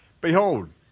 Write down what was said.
Behold